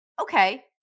okay